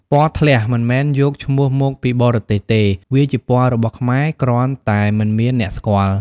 ពណ៌ធ្លះ មិនមែនយកឈ្មោះមកពីបរទេសទេ វាជាពណ៌របស់ខ្មែរ គ្រាន់តែមិនមានអ្នកស្គាល់។